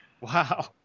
Wow